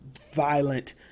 violent